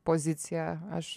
pozicija aš